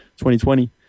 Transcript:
2020